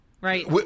right